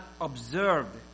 observed